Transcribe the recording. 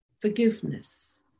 forgiveness